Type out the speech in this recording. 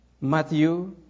Matthew